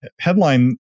headline